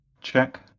check